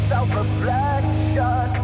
self-reflection